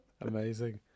Amazing